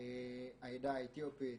העדה האתיופית.